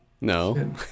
No